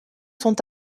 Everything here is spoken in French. sont